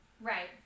Right